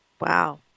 Wow